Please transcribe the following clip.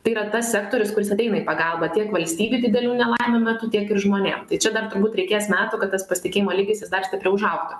tai yra tas sektorius kuris ateina į pagalbą tiek valstybei didelių nelaimių metu tiek ir žmonėm tai čia dar turbūt reikės metų kad tas pasitikėjimo lygis jis dar stipriau užaugtų